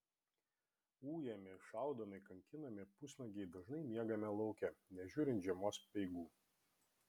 ujami šaudomi kankinami pusnuogiai dažnai miegame lauke nežiūrint žiemos speigų